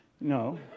no